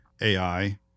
AI